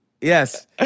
Yes